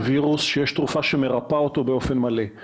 וירוס שיש תרופה שמרפאה אותו באופן מלא.